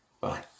Bye